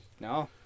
No